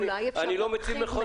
אני לא מציב מכונה.